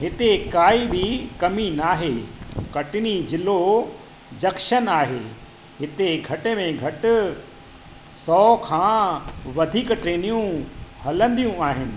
हिते काई बि कमी नाहे कटनी ज़िलो जक्शन आहे हिते घटि में घटि सौ खां वधीक ट्रेनियूं हलंदियूं आहिनि